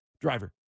Driver